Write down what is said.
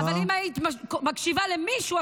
-- אבל אם היית מקשיבה למישהו,